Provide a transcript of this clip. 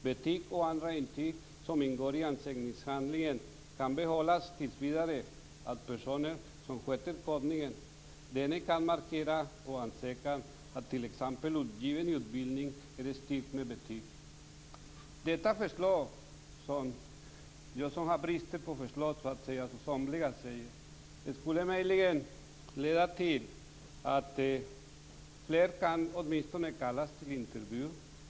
Betyg och andra intyg som ingår i ansökningshandlingarna kan tills vidare behållas av den person som sköter kodningen. Denne kan på ansökan markera t.ex. att uppgiven utbildning är styrkt med betyg. Detta förslag, eller brist på förslag som somliga säger, skulle möjligen leda till att åtminstone fler kan kallas till intervju.